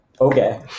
Okay